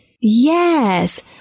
Yes